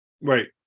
right